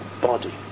body